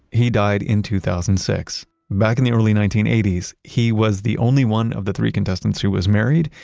he died in two thousand and six. back in the early nineteen eighty s, he was the only one of the three contestants who was married,